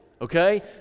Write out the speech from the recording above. Okay